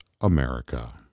America